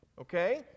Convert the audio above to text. Okay